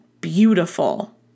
beautiful